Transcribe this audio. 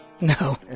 No